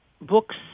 books